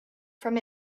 from